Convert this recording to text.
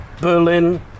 Berlin